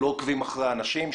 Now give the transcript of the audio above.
שלא עוקבים אחרי האנשים,